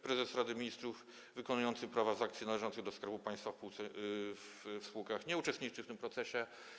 Prezes Rady Ministrów wykonujący prawa z akcji należących do Skarbu Państwa w spółkach nie uczestniczy w tym procesie.